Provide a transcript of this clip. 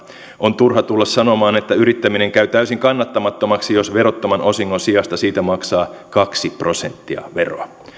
on turha tulla sanomaan että yrittäminen käy täysin kannattamattomaksi jos verottoman osingon sijasta siitä maksaa kaksi prosenttia veroa